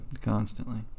constantly